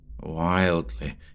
Wildly